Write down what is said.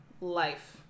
life